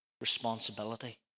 responsibility